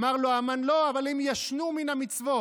אמר לו המן: לא, הם ישנו מן המצוות,